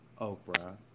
Oprah